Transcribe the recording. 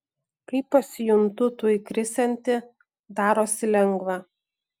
kai pasijuntu tuoj krisianti darosi lengva